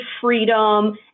freedom